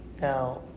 Now